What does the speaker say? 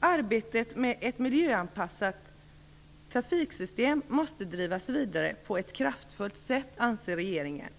Arbetet med ett miljöanpassat trafiksystem måste drivas vidare på ett kraftfullt sätt, anser regeringen.